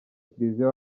kiliziya